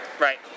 Right